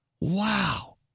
Wow